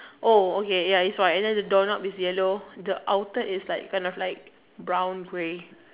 oh okay ya is white and then the doorknob is yellow the outer is kind of like brown grey